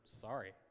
sorry